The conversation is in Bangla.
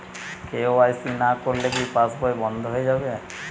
কে.ওয়াই.সি না করলে কি পাশবই বন্ধ হয়ে যাবে?